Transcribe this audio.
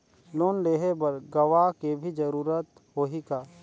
Loan लेहे बर गवाह के भी जरूरत होही का?